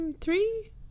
Three